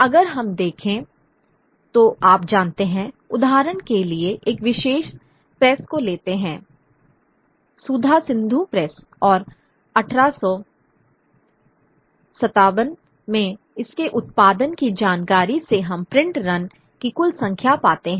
अगर हम देखें तो आप जानते हैं उदाहरण के लिए एक विशेष प्रेस को लेते हैं सुधासिन्दु प्रेस और 1857 में इसके उत्पादन की जानकारी से हम प्रिंट रन की कुल संख्या पाते हैं